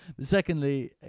Secondly